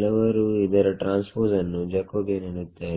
ಕೆಲವರು ಇದರ ಟ್ರಾನ್ಸ್ಪೋಸ್ ಅನ್ನು ಜಕೋಬಿಯನ್ ಎನ್ನುತ್ತಾರೆ